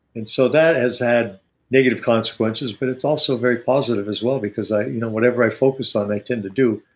and so that has had negative consequences but it's also very positive as well because you know whatever i focus on, i tend to do.